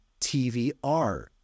tvr